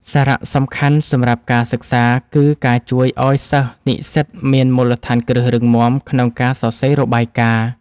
សារៈសំខាន់សម្រាប់ការសិក្សាគឺការជួយឱ្យសិស្សនិស្សិតមានមូលដ្ឋានគ្រឹះរឹងមាំក្នុងការសរសេររបាយការណ៍។